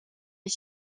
est